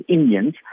Indians